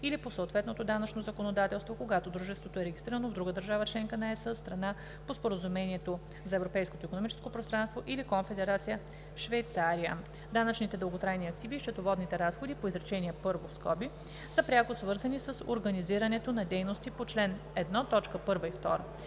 или по съответното данъчно законодателство, когато дружеството е регистрирано в друга държава – членка на ЕС, страна по споразумението за Европейското икономическо пространство или Конфедерация Швейцария. Данъчните дълготрайни активи и счетоводните разходи (по изречение първо) са пряко свързани с организирането на дейности по чл. 1, т.